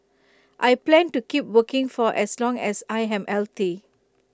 I plan to keep working for as long as I am healthy